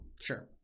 Sure